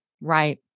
Right